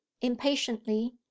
impatiently